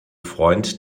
freund